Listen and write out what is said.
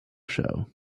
show